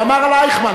הוא אמר על אייכמן,